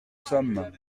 sommes